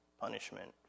punishment